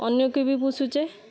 ଅନ୍ୟକୁ ବି ପୋଷୁଛେ